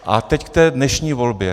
A teď k té dnešní volbě.